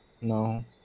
No